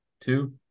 two